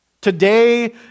Today